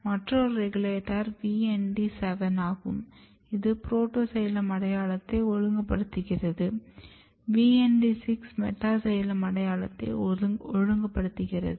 மற்றொரு regulator VND7 ஆகும் இது புரோட்டோசைலம் அடையாளத்தை ஒழுங்குபடுத்துகிறது VND6 மெட்டாசைலம் அடையாளத்தை ஒழுங்குபடுத்துகிறது